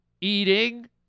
eating